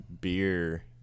Beer